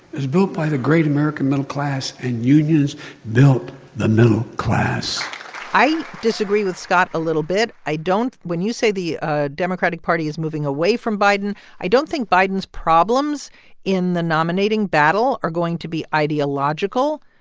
built by the great american middle class, and unions built the middle class i disagree with scott a little bit. i don't when you say the ah democratic party is moving away from biden, i don't think biden's problems in the nominating battle are going to be ideological.